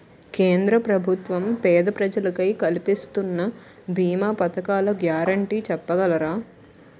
కేంద్ర ప్రభుత్వం పేద ప్రజలకై కలిపిస్తున్న భీమా పథకాల గ్యారంటీ చెప్పగలరా?